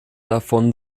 davon